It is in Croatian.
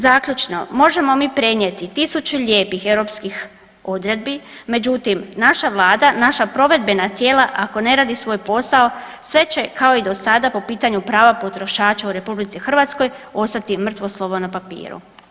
Zaključno, možemo mi prenijeti 1000 lijepih europskih odredbi međutim naša Vlada, naša provedbena tijela ako ne radi svoj posao sve će kao i dosada po pitanju prava potrošača u RH ostati mrtvo slovo na papiru.